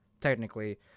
technically